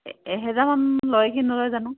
এহেজাৰমান লয় কি নলয় জানো